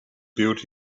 built